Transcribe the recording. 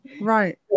Right